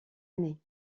année